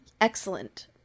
Excellent